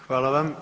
Hvala vam.